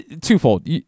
Twofold